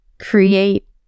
create